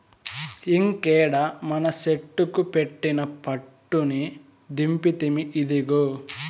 ఇంకేడ మనసెట్లుకు పెట్టిన పట్టుని దింపితిమి, ఇదిగో